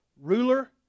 ruler